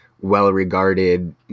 well-regarded